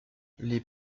les